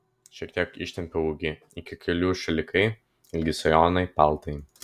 šiek tiek ištempia ūgį iki kelių šalikai ilgi sijonai paltai